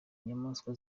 nyamaswa